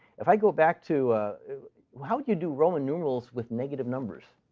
if i go back to how would you do roman numerals with negative numbers?